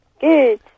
Good